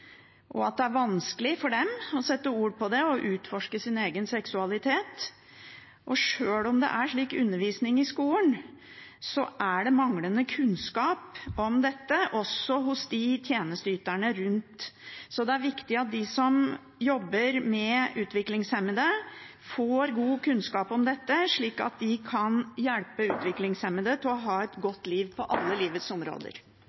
seksuelle behov. Det er vanskelig for dem å sette ord på det og utforske sin egen seksualitet. Sjøl om det er slik undervisning i skolen, er det manglende kunnskap om dette også hos tjenesteyterne, så det er viktig at de som jobber med utviklingshemmede, får god kunnskap om dette, slik at de kan hjelpe utviklingshemmede til å ha et godt liv på alle livets områder.